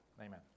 amen